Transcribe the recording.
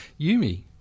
Yumi